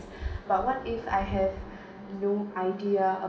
but what if I have no idea